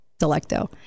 Delecto